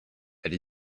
elle